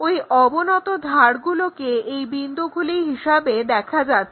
ওই অবনত ধারগুলোকে এই বিন্দুগুলি হিসাবে দেখা যাচ্ছে